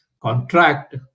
contract